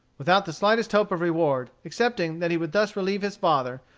without the slightest hope of reward, excepting that he would thus relieve his father,